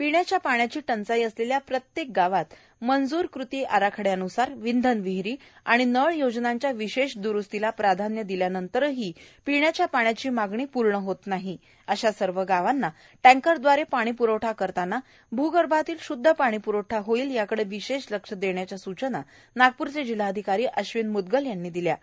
पिण्याच्या पाण्याची टंचाई असलेल्या प्रत्येक गावात मंजूर कृतिआराखड्यानुसार विंधन विहिरी आणि नळ योजनांच्या विशेष द्रुस्तीला प्राधान्य दिल्यानंतरही पिण्याच्या पाण्याची मागणी पूर्ण होत नाही अशा सर्व गावांना टँकरद्वारे पाणीप्रवठा करताना भूगर्भातील शुध्द पाणीप्रवठा होईल याकडे विशेष लक्ष देण्याच्या सूचना नागप्रचे जिल्हाधिकारी अश्विन म्दगल यांनी दिल्यात